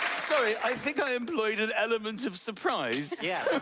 sorry, i think i employed an element of surprise. yeah.